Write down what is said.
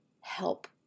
help